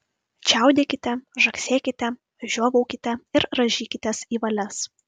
čiaudėkite žagsėkite žiovaukite ir rąžykitės į valias